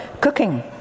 cooking